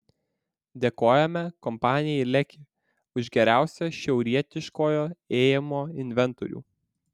dėkojame kompanijai leki už geriausią šiaurietiškojo ėjimo inventorių